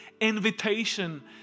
invitation